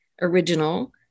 original